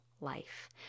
life